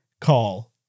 call